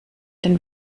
den